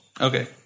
Okay